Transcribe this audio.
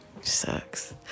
sucks